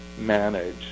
manage